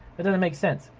that doesn't make sense.